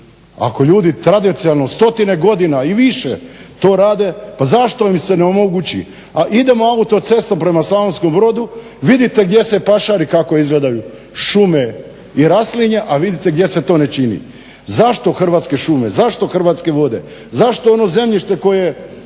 ako ljudi tradicionalno stotine godina i više to rade pa zašto im se ne omogući, a idemo autocestom prema Slavonskom Brodu, vidite gdje se pašari kako izgledaju šume i raslinje, a vidite gdje se to ne čini. Zašto hrvatske šume, zašto hrvatske vode, zašto ono zemljište koje